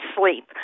sleep